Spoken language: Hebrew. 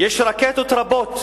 יש רקטות רבות,